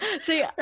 see